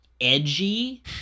edgy